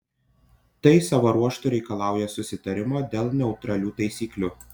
tai savo ruožtu reikalauja susitarimo dėl neutralių taisyklių